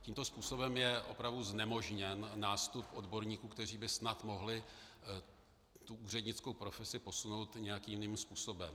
Tímto způsobem je opravdu znemožněn nástup odborníků, kteří by snad mohli úřednickou profesi posunout nějakým jiným způsobem.